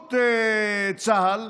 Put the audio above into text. דוברות צה"ל,